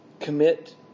Commit